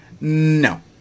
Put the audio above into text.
No